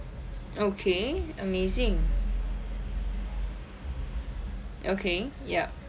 okay amazing okay yup